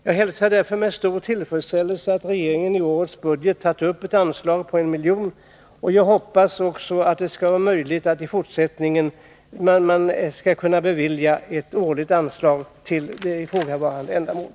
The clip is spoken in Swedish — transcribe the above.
Jag hälsar därför med stor tillfredsställelse att regeringen i årets budget har tagit upp ett anslag på 1 milj.kr. Jag hoppas också att det skall vara möjligt att i fortsättningen bevilja ett årligt anslag till det ifrågavarande ändamålet.